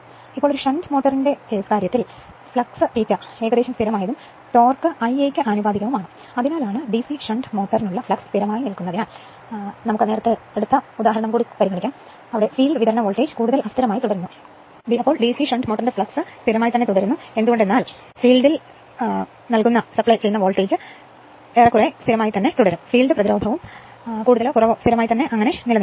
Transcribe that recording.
ഇപ്പോൾ ഒരു ഷണ്ട് മോട്ടോറിന്റെ കാര്യത്തിൽ ഫ്ലക്സ് ∅ ഏകദേശം സ്ഥിരമായതും ടോർക്ക് Ia യ്ക്ക് ആനുപാതികവുമാണ് അതിനാലാണ് ഡിസി ഷണ്ട് മോട്ടോറിനുള്ള ഫ്ലക്സ് സ്ഥിരമായി നിലനിൽക്കുന്നതിനാൽ ഞാൻ എടുത്ത മുൻ ഉദാഹരണം ഫീൽഡ് വിതരണ വോൾട്ടേജ് കൂടുതൽ അസ്ഥിരമായി തുടരുന്നു ഫീൽഡ് പ്രതിരോധം കൂടുതലോ കുറവോ സ്ഥിരമായി നിലനിൽക്കുക